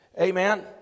Amen